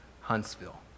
Huntsville